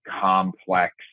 complex